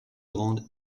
grande